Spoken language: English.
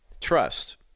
trust